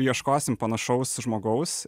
ieškosim panašaus žmogaus